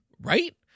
Right